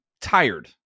tired